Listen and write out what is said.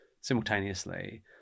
simultaneously